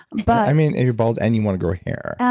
but i mean your bald and you want to grow hair